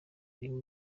irimo